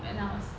when I was